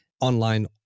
online